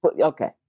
okay